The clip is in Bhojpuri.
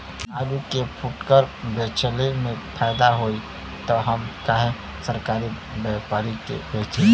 आलू के फूटकर बेंचले मे फैदा होई त हम काहे सरकारी व्यपरी के बेंचि?